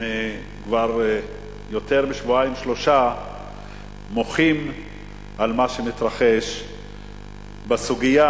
שכבר יותר משבועיים-שלושה מוחים על מה שמתרחש בסוגיה